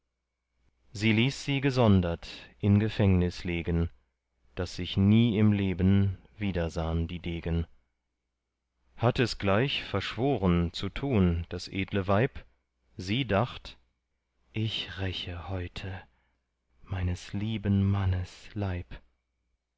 sie ließ sie gesondert in gefängnis legen daß sich nie im leben wiedersahn die degen hatt es gleich verschworen zu tun das edle weib sie dacht ich räche heute meines lieben mannes leib